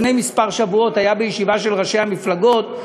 לפני כמה שבועות היה בישיבה של ראשי המפלגות,